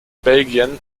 belgien